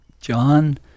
John